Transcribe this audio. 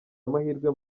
amahirwe